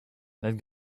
that